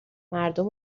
مردم